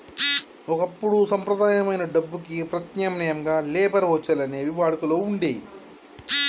ఒకప్పుడు సంప్రదాయమైన డబ్బుకి ప్రత్యామ్నాయంగా లేబర్ వోచర్లు అనేవి వాడుకలో వుండేయ్యి